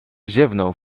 ziewnął